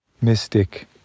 mystic